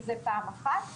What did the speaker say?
זה פעם אחת.